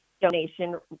donation